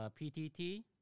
PTT